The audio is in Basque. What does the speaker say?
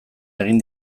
egin